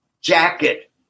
jacket